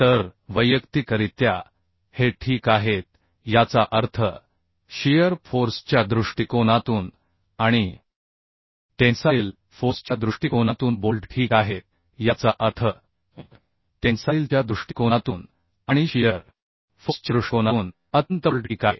तर वैयक्तिकरित्या हे ठीक आहेत याचा अर्थ शियर फोर्सच्या दृष्टिकोनातून आणि टेन्साइल फोर्सच्या दृष्टिकोनातून बोल्ट ठीक आहेत याचा अर्थ टेन्साइलच्या दृष्टिकोनातून आणि शियर फोर्सच्या दृष्टिकोनातून अत्यंत बोल्ट ठीक आहे